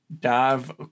dive